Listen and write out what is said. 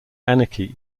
anarchy